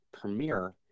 premiere